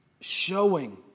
showing